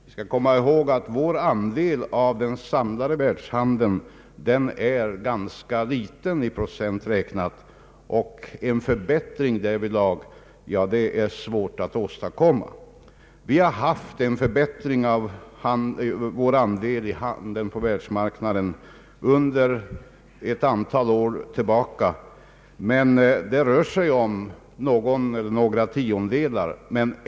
Vi skall komma ihåg att vår andel av den samlade världshandeln är ganska liten i procent räknat, och en förbättring därvidlag är svår att åstadkomma. Vi har haft en förbättring av vår andel i handeln på världsmarknaden under ett antal år, men det rör sig om någon eller några tiondels procent.